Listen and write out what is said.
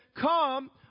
come